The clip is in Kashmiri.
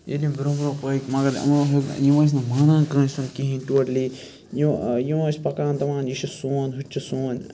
ییٚلہِ یِم برونٛہہ برونٛہہ پٔکۍ مگر یِمو یِم ٲسۍ نہٕ مانان کٲنٛسہِ ہُنٛد کِہیٖنۍ ٹوٹلی یِم یِم ٲسۍ پَکان دپان یہِ چھُ سون ہُہ تہِ چھُ سون